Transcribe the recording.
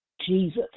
Jesus